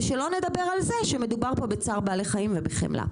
ושלא נדבר על זה שמדובר פה בצער בעלי חיים ובחמלה,